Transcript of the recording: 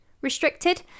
restricted